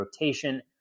rotation